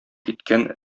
киткән